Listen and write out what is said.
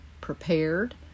prepared